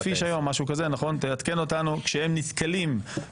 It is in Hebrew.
מכיוון שעורכת הדין אפיק סיפרה לי שהיא